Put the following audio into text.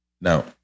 Now